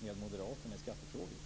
med moderaterna i skattefrågor.